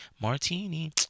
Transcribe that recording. Martini